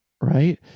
right